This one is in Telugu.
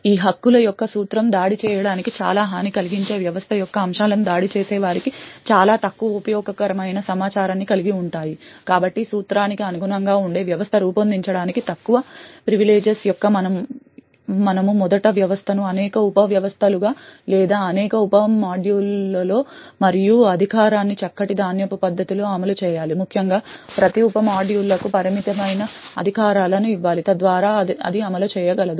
ఈ హక్కుల యొక్క సూత్రం దాడి చేయడానికి చాలా హాని కలిగించే వ్యవస్థ యొక్క అంశాలు దాడి చేసేవారికి చాలా తక్కువ ఉపయోగకరమైన సమాచారాన్ని కలిగి ఉంటాయి కాబట్టి సూత్రానికి అనుగుణంగా ఉండే వ్యవస్థను రూపొందించడానికి తక్కువ ప్రివిలేజెస్ యొక్క మనము మొదట వ్యవస్థను అనేక ఉప వ్యవస్థలుగా లేదా అనేక ఉప మాడ్యూళ్ళలో మరియు అధికారాన్ని చక్కటి ధాన్యపు పద్ధతిలో అమలు చేయాలి ముఖ్యంగా ప్రతి ఉప మాడ్యూళ్ళకు పరిమితమైన అధికారాలను ఇవ్వాలి తద్వారా అది అమలు చేయగలదు